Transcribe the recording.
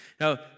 Now